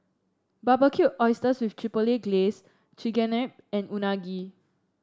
Barbecued Oysters with Chipotle Glaze Chigenabe and Unagi